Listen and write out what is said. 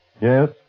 Yes